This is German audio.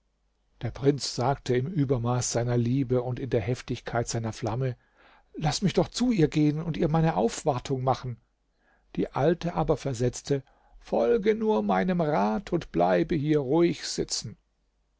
der prinz sagte im übermaß seiner liebe und in der heftigkeit seiner flamme laß mich doch zu ihr gehen und ihr meine aufwartung machen die alte aber versetzte folge nur meinem rat und bleibe hier ruhig sitzen